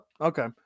okay